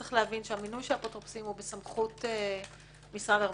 צריך להבין שהמינוי של אפוטרופסים הוא בסמכות משרד הרווחה,